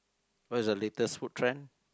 what is the latest food trend